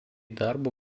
darbo